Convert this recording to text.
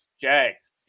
Jags